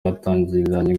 batangiranye